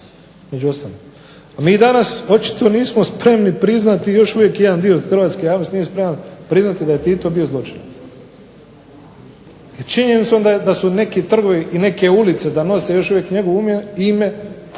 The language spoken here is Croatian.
mi danas očito nismo spremni priznati još uvijek jedan dio od hrvatske javnosti nije spreman priznati da je Tito bio zločinac, i činjenicom da su neki trgovi i neke ulice da nose još uvijek njegovo ime,